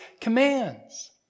commands